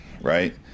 right